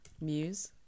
Muse